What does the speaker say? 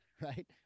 right